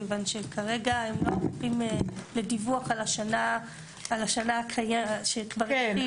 כיוון שכרגע הם לא ערוכים לדיווח על השנה שכבר התחילה.